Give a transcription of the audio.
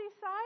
side